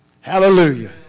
Hallelujah